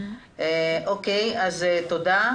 תודה.